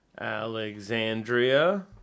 Alexandria